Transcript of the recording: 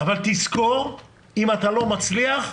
תזכור שאם אתה לא מצליח,